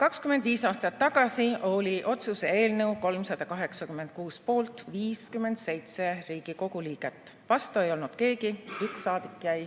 25 aastat tagasi oli otsuse eelnõu 386 poolt 57 Riigikogu liiget, vastu ei olnud keegi, üks saadik jäi